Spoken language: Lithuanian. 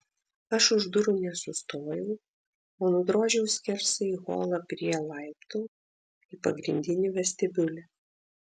aš už durų nesustojau o nudrožiau skersai holą prie laiptų į pagrindinį vestibiulį